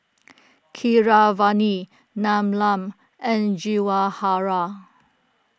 Keeravani Neelam and Jawaharlal